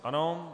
Ano.